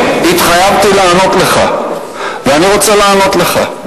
התחייבתי לענות לך, ואני רוצה לענות לך.